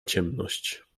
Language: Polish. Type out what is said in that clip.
ciemność